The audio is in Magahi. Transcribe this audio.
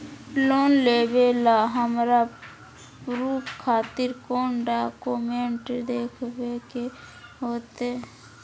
लोन लेबे ला हमरा प्रूफ खातिर कौन डॉक्यूमेंट देखबे के होतई?